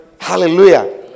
Hallelujah